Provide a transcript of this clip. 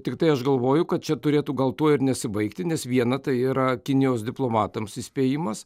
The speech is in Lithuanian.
tiktai aš galvoju kad čia turėtų gal tuo ir nesibaigti nes viena tai yra kinijos diplomatams įspėjimas